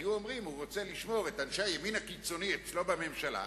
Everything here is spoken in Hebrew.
היו אומרים: הוא רוצה לשמור את אנשי הימין הקיצוני אצלו בממשלה,